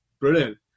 Brilliant